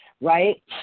right